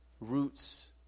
Roots